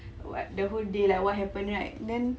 wh~ the whole day like what happened right then